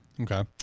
Okay